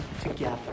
together